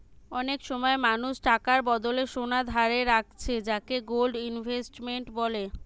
অনেক সময় মানুষ টাকার বদলে সোনা ধারে রাখছে যাকে গোল্ড ইনভেস্টমেন্ট বলে